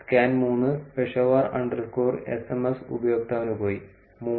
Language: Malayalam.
സ്കാൻ 3 പെഷവാർ അണ്ടർസ്കോർ എസ്എംഎസ് ഉപയോക്താവിന് പോയി 3